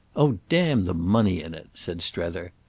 oh damn the money in it! said strether.